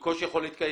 שבקושי יכול להתקיים.